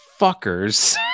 fuckers